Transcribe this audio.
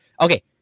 Okay